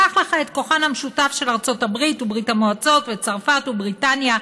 קח לך את כוחן המשותף של ארצות הברית וברית המועצות וצרפת ובריטניה.